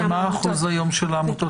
מה אחוז העמותות